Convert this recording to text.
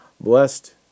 Blessed